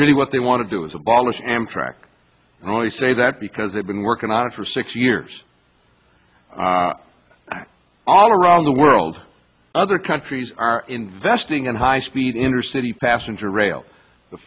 really what they want to do is abolish amtrak and only say that because they've been working on it for six years all around the world other countries are investing in high speed intercity passenger rail the